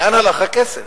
לאן הלך הכסף,